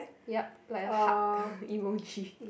yup like a hug emoji